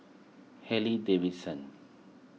Harley Davidson